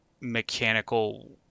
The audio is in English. mechanical